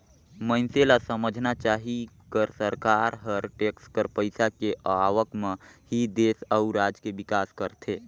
मइनसे ल समझना चाही कर सरकार हर टेक्स कर पइसा के आवक म ही देस अउ राज के बिकास करथे